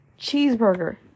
Cheeseburger